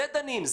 בזה דנים,